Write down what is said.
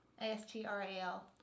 A-S-T-R-A-L